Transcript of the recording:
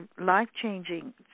life-changing